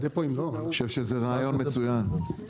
אני חושב שזה רעיון מצוין.